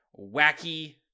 wacky